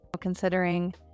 Considering